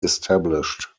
established